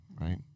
right